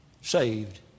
Saved